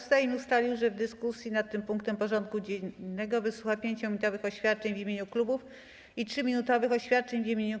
Sejm ustalił, że w dyskusji nad tym punktem porządku dziennego wysłucha 5-minutowych oświadczeń w imieniu klubów i 3-minutowych oświadczeń w imieniu kół.